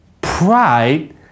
pride